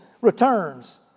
returns